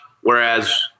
Whereas